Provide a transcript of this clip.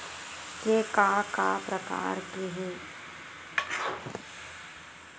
के का का प्रकार हे?